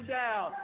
down